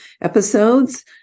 episodes